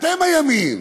אתם הימין.